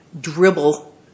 dribble